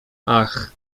ach